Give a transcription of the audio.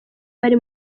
bari